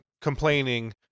complaining